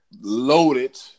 loaded